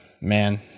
man